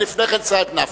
לפני כן סעיד נפאע.